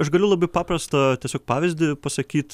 aš galiu labai paprastą tiesiog pavyzdį pasakyt